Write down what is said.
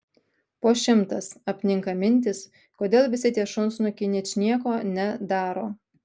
po šimtas apninka mintys kodėl visi tie šunsnukiai ničnieko ne daro